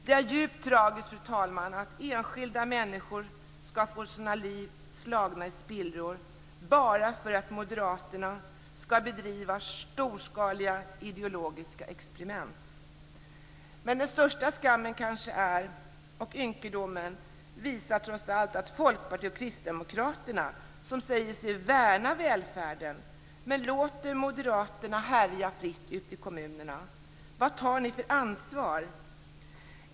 Det är djupt tragiskt att enskilda människor skall få sina liv slagna i spillror bara för att Moderaterna skall få bedriva storskaliga ideologiska experiment. Men den största skammen och ynkedomen kanske är att Folkpartiet och Kristdemokraterna, som säger sig värna välfärden, låter Moderaterna härja fritt ute i kommunerna. Vad tar ni för ansvar?